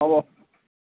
হ'ব